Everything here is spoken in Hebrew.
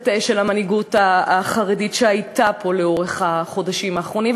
הנחרצת הזאת של המנהיגות החרדית שהייתה פה לאורך החודשים האחרונים,